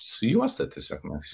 su juosta tiesiog mes